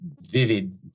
vivid